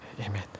Amen